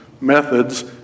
methods